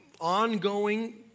ongoing